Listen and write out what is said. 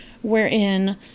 wherein